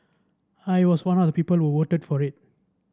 I was one of the people who voted for it